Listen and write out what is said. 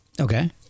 okay